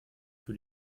für